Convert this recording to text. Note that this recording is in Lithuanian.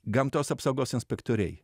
gamtos apsaugos inspektoriai